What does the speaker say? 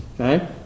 Okay